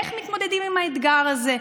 איך מתמודדים עם האתגר הזה?